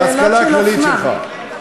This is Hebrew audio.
להשכלה הכללית שלך.